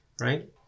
Right